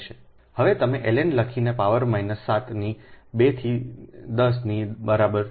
હવે તમે ln લખીને પાવર માઈનસ 7 ની 2 થી 10 ની બરાબર છે